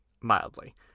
mildly